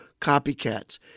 copycats